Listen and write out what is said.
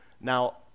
Now